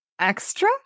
Extra